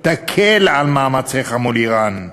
תקל את מאמציך מול איראן.